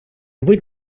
будь